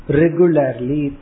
regularly